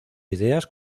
ideas